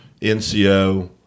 NCO